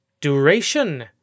duration